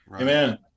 Amen